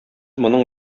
моның